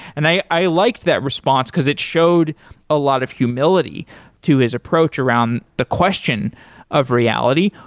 and i i liked that response, because it showed a lot of humility to his approach around the question of reality.